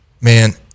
Man